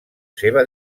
seva